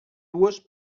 dues